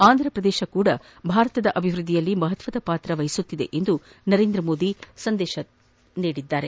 ಆಂಧ್ರಪ್ರದೇಶವೂ ಸಹ ಭಾರತದ ಅಭಿವೃದ್ಧಿಯಲ್ಲಿ ಮಹತ್ವದ ಪಾತ್ರ ವಹಿಸುತ್ತಿದೆ ಎಂದು ನರೇಂದ್ರ ಮೋದಿ ಸಂದೇಶ ನೀಡಿದ್ದಾರೆ